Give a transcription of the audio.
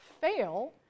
fail